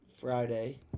Friday